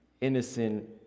innocent